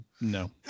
no